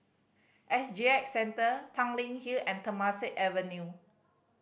S G X Centre Tanglin Hill and Temasek Avenue